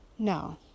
No